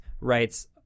writes